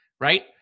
right